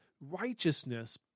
righteousness